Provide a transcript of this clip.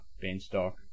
beanstalk